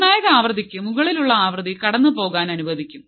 നിർണായക ആവൃത്തിക്ക് മുകളിലുള്ള ആവൃത്തി കടന്നുപോകാൻ അനുവദിക്കും